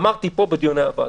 אמרתי פה בדיוני הוועדה.